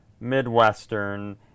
Midwestern